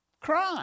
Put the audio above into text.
crime